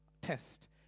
test